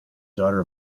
daughter